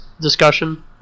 discussion